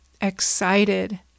excited